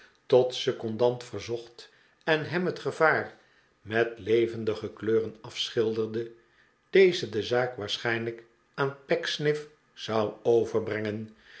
tot secondant verzocht en hem het gevaar met levendige kleuren afschilderde deze de zaak waarschij nlijk aan pickwick zou overbrengen